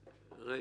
ר',